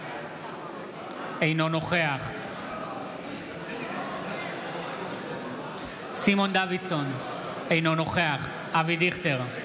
אינו נוכח סימון דוידסון, אינו נוכח אבי דיכטר,